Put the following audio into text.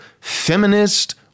feminist